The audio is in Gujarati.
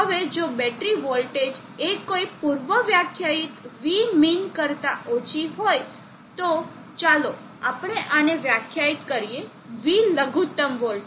હવે જો બેટરી વોલ્ટેજ એ કોઈ પૂર્વવ્યાખ્યાયિત Vmin કરતા ઓછી હોય તો ચાલો આપણે આને વ્યાખ્યાયિત કરીએ V લઘુત્તમ વોલ્ટેજ